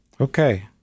Okay